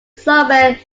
somewhere